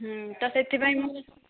ହୁଁ ତ ସେଥିପାଇଁ ମୁଁ